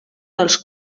dels